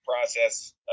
process